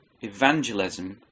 Evangelism